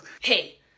Hey